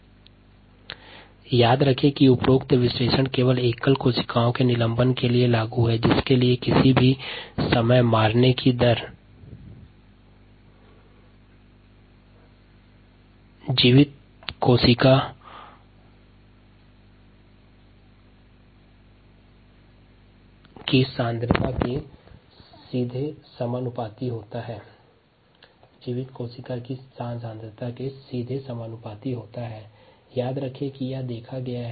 D2303kd10 2303kd refer slide time 2843 यह विश्लेषण केवल एकल कोशिका निलंबन के लिए लागू है जिसके लिए किसी भी समय रेट ऑफ़ किलिंग जीवित कोशिका की सांद्रता के सीधे समानुपातिक है